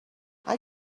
are